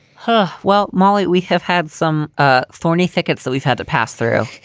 huh. well, molly, we have had some ah thorny thickets, so we've had to pass through.